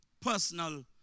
personal